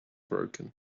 broken